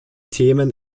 themen